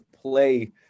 play